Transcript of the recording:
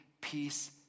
peace